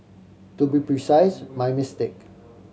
to be precise my mistake